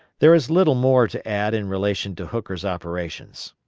there is little more to add in relation to hooker's operations.